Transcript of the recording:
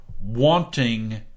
wanting